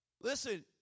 Listen